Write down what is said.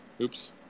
oops